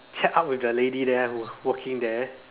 chat up with the lady there who was working there